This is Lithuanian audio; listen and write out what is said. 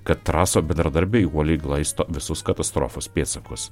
kad raso bendradarbiai uoliai glaisto visus katastrofos pėdsakus